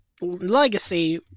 legacy